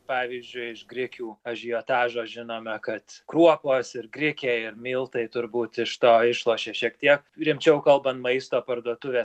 pavyzdžiui iš grikių ažiotažo žinome kad kruopos ir grikiai miltai turbūt iš to išlošė šiek tiek rimčiau kalbant maisto parduotuvės